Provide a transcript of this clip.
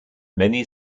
many